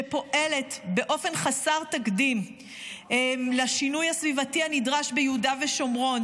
שפועלת באופן חסר תקדים לשינוי הסביבתי הנדרש ביהודה ושומרון.